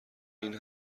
این